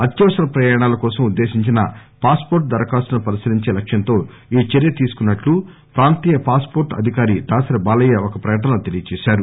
అత్యవసర ప్రయాణాల కోసం ఉద్దేశించిన పాస్ పోర్ట్ దరఖాస్తులను పరిశీలించే లక్ష్యంతో ఈ చర్య తీసుకున్నట్టు ప్రాంతీయ పాస్ హోర్ట్ అధికారి దాసరి బాలయ్య ఒక ప్రకటనలో తెలియచేశారు